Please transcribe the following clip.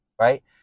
right